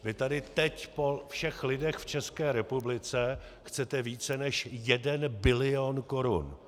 Vy tady teď po všech lidech v České republice chcete více než 1 bilion korun.